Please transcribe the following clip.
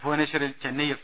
ഭുവനേശ്വറിൽ ചെന്നൈ എഫ്